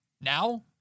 Now